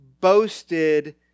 boasted